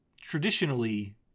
traditionally